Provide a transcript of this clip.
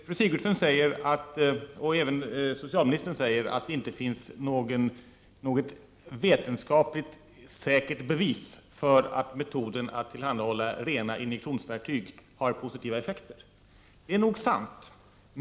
Fru Sigurdsen och även socialministern säger att det inte finns något vetenskapligt säkert bevis för att metoden att tillhandahålla rena injektionsverktyg har positiva effekter. Det är nog sant.